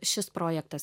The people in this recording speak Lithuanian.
šis projektas